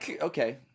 Okay